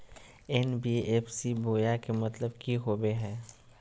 NBFC बोया के मतलब कि होवे हय?